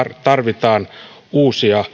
tarvitsemme sitä jos tulee uusia